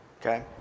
Okay